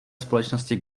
společnosti